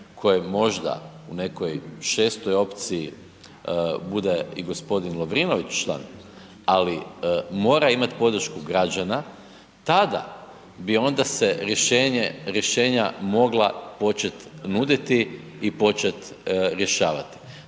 koje možda u nekoj 6. opciji bude i g. Lovrinović član, ali mora imati podršku građana, tada bi onda se rješenje rješenja mogla početi nuditi i početi rješavati.